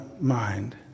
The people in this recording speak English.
mind